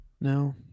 No